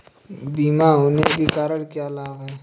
बीमा होने के क्या क्या लाभ हैं?